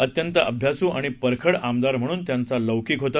अत्यंत अभ्यासू आणि परखड आमदार म्हणून त्यांचा लौकिक होता